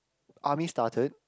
army started